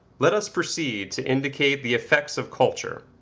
let us proceed to indicate the effects of culture.